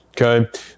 Okay